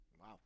Wow